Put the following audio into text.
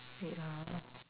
ya